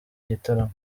gitaramo